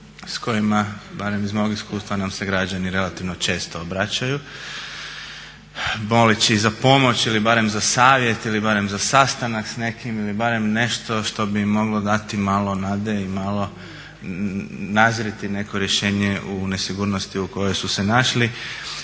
s kojima barem iz mog iskustva nam se građani relativno često obraćaju moleći za pomoć ili barem za savjet ili barem za sastanak s nekim ili barem nešto što bi im moglo dati malo nade i malo nazrijeti neko rješenje u nesigurnosti u kojoj su se našli.